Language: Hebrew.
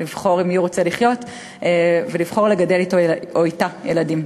לבחור עם מי הוא רוצה לחיות ולבחור לגדל אתו או אִתה ילדים.